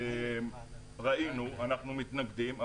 ראינו אנחנו מתנגדים,